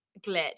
Glitch